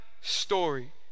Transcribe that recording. story